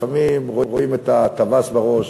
לפעמים רואים את הטווס בראש,